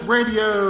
Radio